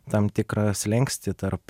tam tikrą slenkstį tarp